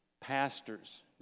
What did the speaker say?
pastors